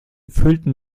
füllten